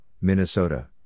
Minnesota